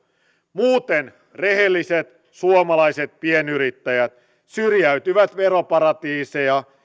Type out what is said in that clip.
muuten rehelliset suomalaiset pienyrittäjät syrjäytyvät veroparatiiseja